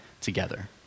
together